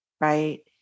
Right